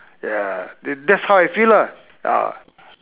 yeah that's how I feel lah ah